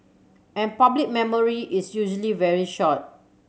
and public memory is usually very short